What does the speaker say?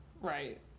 Right